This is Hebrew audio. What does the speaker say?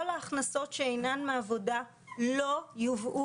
כל ההכנסות שאינן מעבודה לא יובאו